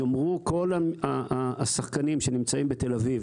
יאמרו כל השחקנים שנמצאים בתל אביב,